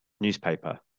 newspaper